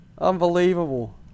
Unbelievable